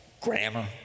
grammar